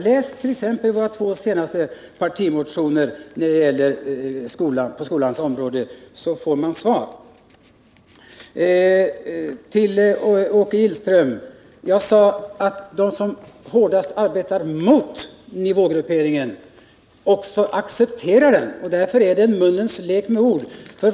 Läs t.ex. våra två senaste partimotioner på skolans område! Till Åke Gillström: Jag sade att de som hårdast arbetar emot nivågrupperingen också accepterar den. Därför är det en munnens lek med ord.